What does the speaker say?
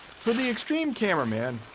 for the extreme cameraman,